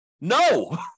No